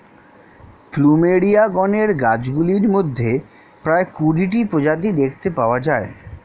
plumeria গণের গাছগুলির মধ্যে প্রায় কুড়িটি প্রজাতি দেখতে পাওয়া যায়